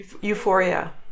Euphoria